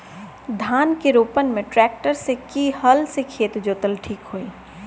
धान के रोपन मे ट्रेक्टर से की हल से खेत जोतल ठीक होई?